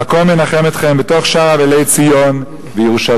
המקום ינחם אתכם בתוך שאר אבלי ציון וירושלים.